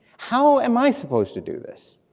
how am i supposed to do this?